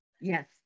Yes